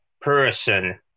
person